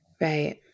Right